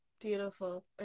beautiful